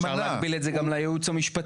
אפשר להקביל את זה גם ליעוץ המשפטי.